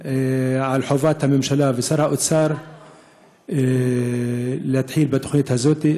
חובת הממשלה ושר האוצר להתחיל בתוכנית הזאת,